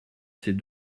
ses